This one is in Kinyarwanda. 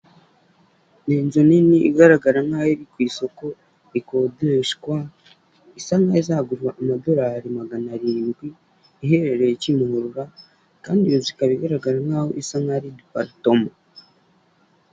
Ndabona ibicu by'umweru ndabona ahandi higanjemo ibara ry'ubururu bw'ikirere ndabona inkuta zubakishijwe amatafari ahiye ndabona ibiti binyuze muri izo nkuta ndabona imfungwa cyangwa se abagororwa nta misatsi bafite bambaye inkweto z'umuhondo ubururu n'umukara ndabona bafite ibikoresho by'ubuhinzi n'umusaruro ukomoka ku buhinzi nk'ibihaza ndabona bafite amasuka, ndabona iruhande rwabo hari icyobo.